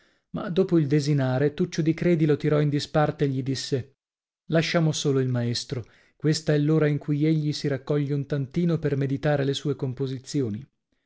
ma dopo il desinare tuccio di credi lo tirò in disparte e gli disse lasciamo solo il maestro questa è l'ora in cui egli si raccoglie un tantino per meditare le sue composizioni